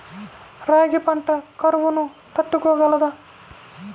రాగి పంట కరువును తట్టుకోగలదా?